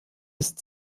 ist